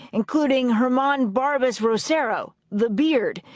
including her man barbos rocero, the beard.